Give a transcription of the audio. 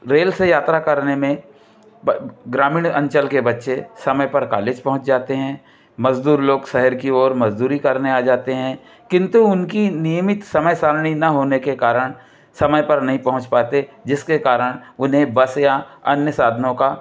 rail से यात्रा करने में ग्रामीण अंचल के बच्चे समय पर कॉलेज पहुँच जाते हैं मज़दूर लोग शहर की ओर मज़दूरी करने आ जाते हैं किंतु उनकी नियमित समय सारणी ना होने के कारण समय पर नहीं पहुँच पाते जिसके कारण उन्हें बस या अन्य साधनों का